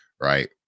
right